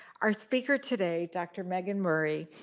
our speaker today, dr. megan murray,